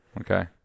Okay